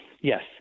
yes